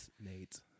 Nate